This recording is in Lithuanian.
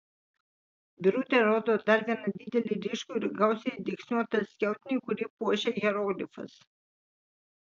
birutė rodo dar vieną didelį ryškų ir gausiai dygsniuotą skiautinį kurį puošia hieroglifas